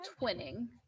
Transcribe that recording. twinning